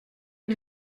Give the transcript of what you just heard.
les